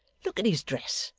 look at his dress,